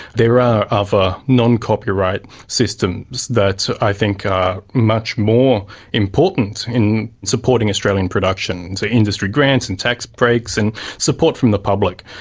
there are other non-copyright systems that i think are much more important in supporting australian production, so industry grants and tax breaks and support from the public.